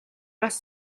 бас